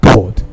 God